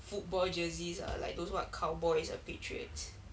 football jerseys ah like those what cowboys ah patriots